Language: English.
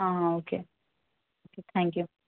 okay thank you